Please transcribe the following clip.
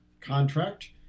contract